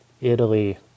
Italy